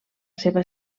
seva